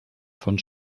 von